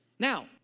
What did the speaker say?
Now